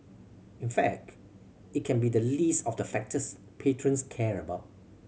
in fact it can be the least of the factors patrons care about